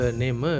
name